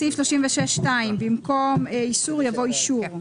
בסעיף 36(2), במקום "איסור" יבוא "אישור".